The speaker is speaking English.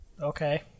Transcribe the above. Okay